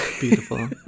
beautiful